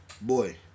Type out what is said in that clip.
Boy